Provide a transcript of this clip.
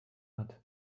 hat